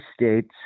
states